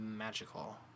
magical